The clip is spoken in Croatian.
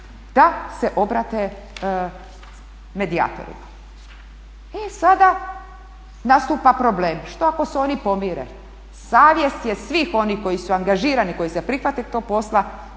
da se obrate medijatoru. I sada nastupa problem, što ako se oni pomire? Savjest je svih onih koji su angažirani, koji su se prihvatili tog posla